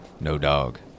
No-Dog